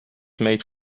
made